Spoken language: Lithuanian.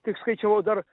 taip skaičiavau dar